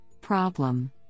problem